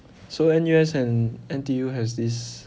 so N_U_S and N_T_U has this